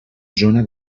zona